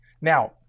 now